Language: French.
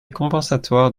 compensatoire